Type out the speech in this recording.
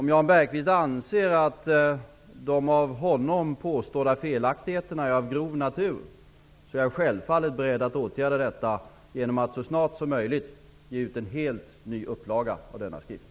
Om Jan Bergqvist anser att de av honom påstådda felaktigheterna är av grov natur är jag självfallet beredd att åtgärda dem genom att så snart som möjligt ge ut en helt ny upplaga av denna skrift.